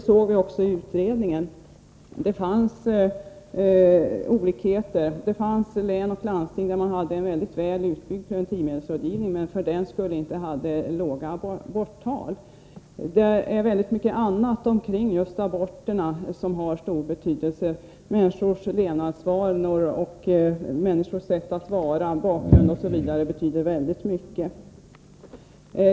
Under kommitténs arbete framkom att det fanns olikheter mellan länen och landstingen. I vissa av dem hade man en mycket väl utbyggd preventivmedelsrådgivning, men för den skull hade man inte låga aborttal. Det är mycket annat kring aborterna som har stor betydelse. Människors levnadsvanor, deras sätt att vara, bakgrund osv. betyder mycket.